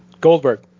Goldberg